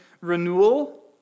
renewal